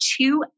two